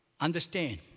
understand